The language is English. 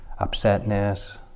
upsetness